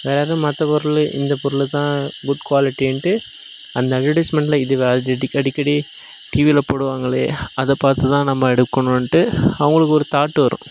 வேற மற்ற பொருள் இந்த பொருள் தான் குட் குவாலிட்டின்ட்டு அந்த அட்வெர்டைஸ்மெண்டில் இது வேலிடிட்டி அடிக்கடி டிவில போடுவாங்களே அதை பார்த்து தான் நம்ம எடுக்கணும்ட்டு அவங்களுக்கு ஒரு தாட் வரும்